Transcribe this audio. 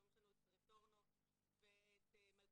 היום יש לנו את רטורנו ואת מלכישוע,